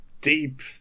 deep